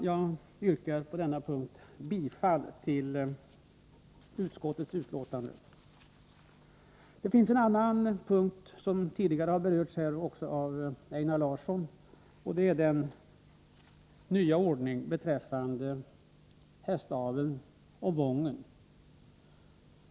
Jag yrkar på denna punkt bifall till utskottets hemställan. Det finns en punkt i betänkandet som tidigare berörts av Einar Larsson och som gäller en nyordning beträffande hästaveln och hingstuppfödningsanstalten Wången.